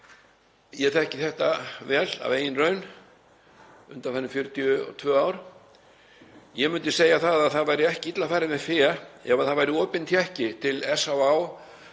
Ég þekki þetta vel af eigin raun undanfarin 42 ár. Ég myndi segja að það væri ekki illa farið með fé ef það væri opinn tékki til SÁÁ,